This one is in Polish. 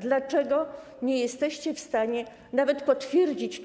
Dlaczego nie jesteście w stanie nawet potwierdzić,